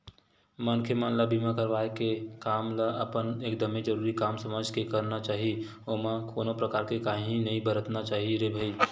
मनखे मन ल बीमा करवाय के काम ल अपन एकदमे जरुरी काम समझ के करना चाही ओमा कोनो परकार के काइही नइ बरतना चाही रे भई